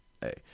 hey